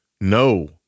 No